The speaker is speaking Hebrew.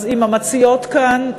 אז המציעות כאן.